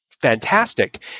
fantastic